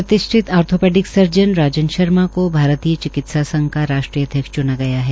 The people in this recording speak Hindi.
प्रतिष्ठित आर्थोपेडिक सर्जन राजन शर्मा को भारतीय चिकित्सा संघ का राष्ट्रीय अध्यक्ष च्ना गया है